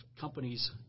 companies